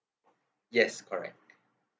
yes correct